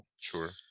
sure